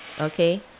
Okay